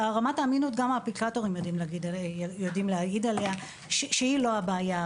על רמת האמינות גם האפליקטורים יודעים להגיד עליה שהיא לא הבעיה.